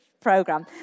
program